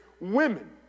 women